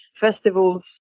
festivals